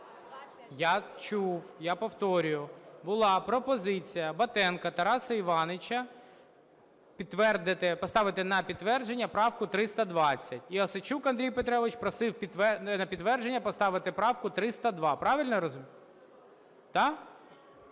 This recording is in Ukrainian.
Я чув. Я повторюю, була пропозиція Батенка Тараса Івановича поставити на підтвердження правку 320 і Осадчук Андрій Петрович просив на підтвердження поставити правку 302. Правильно я розумію? Да?